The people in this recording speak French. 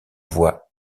voix